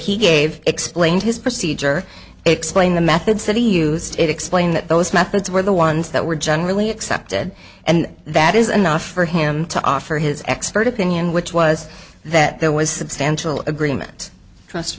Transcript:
he gave explained his procedure explained the methods that he used to explain that those methods were the ones that were generally accepted and that is enough for him to offer his expert opinion which was that there was substantial agreement trust